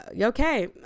okay